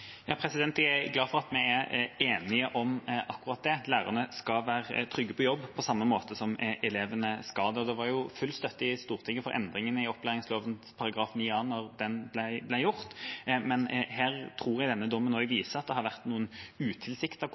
Jeg er glad for at vi er enige om akkurat det – at lærerne skal være trygge på jobb, på samme måte som elevene. Det var jo full støtte i Stortinget for endringen i opplæringsloven § 9 a da den ble gjort, men jeg tror denne dommen viser at det har vært noen